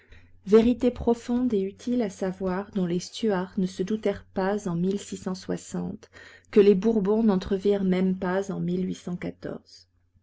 vérité profonde et utile à savoir dont les stuarts ne se doutèrent pas en que les bourbons n'entrevirent même pas en